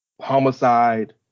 homicide